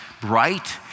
bright